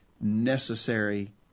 necessary